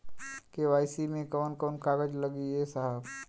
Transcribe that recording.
KYC मे कवन कवन कागज लगी ए साहब?